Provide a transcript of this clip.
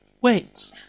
wait